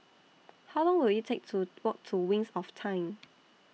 How Long Will IT Take to Walk to Wings of Time